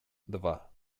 два